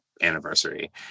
anniversary